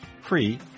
free